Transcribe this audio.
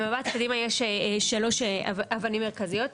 במבט קדימה יש שלוש אבנים מרכזיות.